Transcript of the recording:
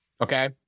Okay